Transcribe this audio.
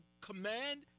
command